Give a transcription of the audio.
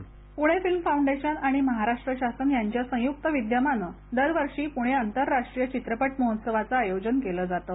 script Pune film foundation आणि महाराष्ट्र शासन यांच्या संयुक्त विद्यमाने दरवर्षी पुणे आंतराष्ट्रीय चित्रपट महात्सवाचं आयोजन केलं जातं